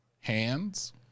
hands